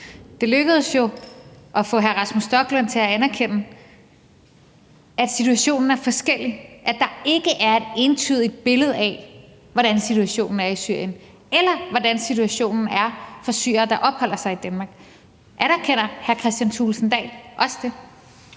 Det lykkedes jo at få hr. Rasmus Stoklund til at anerkende, at situationen er forskellig, og at der ikke er et entydigt billede af, hvordan situationen er i Syrien, eller hvordan situationen er for syrere, der opholder sig i Danmark. Anerkender hr. Kristian Thulesen Dahl også det?